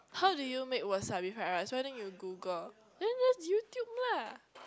how do you make wasabi fried rice why don't you Google then just YouTube lah